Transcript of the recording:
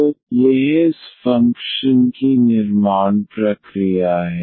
तो यह इस फ़ंक्शन की निर्माण प्रक्रिया है